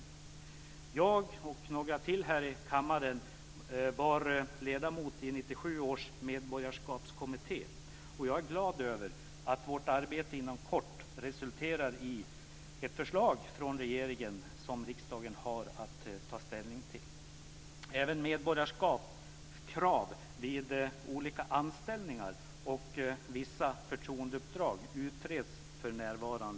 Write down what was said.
Jag var, liksom några till här i kammaren, ledamot i 1997 års medborgarskapskommitté, och jag är glad över att vårt arbete inom kort resulterar i ett förslag från regeringen som riksdagen har att ta ställning till. Även medborgarskapskrav vid olika anställningar och vissa förtroendeuppdrag utreds för närvarande.